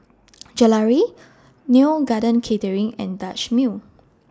Gelare Neo Garden Catering and Dutch Mill